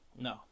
No